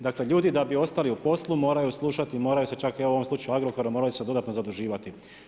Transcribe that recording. Dakle, ljudi da bi ostali u poslu moraju slušati, moraju se čak evo u ovom slučaju Agrokora, moraju se čak dodatno zaduživati.